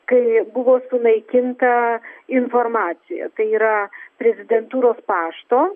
kai buvo sunaikinta informacija tai yra prezidentūros pašto